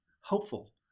hopeful